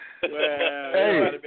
Hey